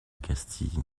castille